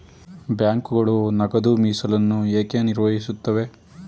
ಬ್ಯಾಂಕುಗಳು ನಗದು ಮೀಸಲನ್ನು ಏಕೆ ನಿರ್ವಹಿಸುತ್ತವೆ?